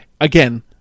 Again